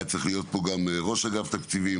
היה צריך להיות פה גם ראש אגף תקציבים,